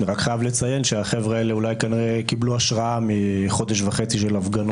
חייב לציין שהחבר'ה האלה כנראה קיבלו השראה מחודש וחצי של הפגנות.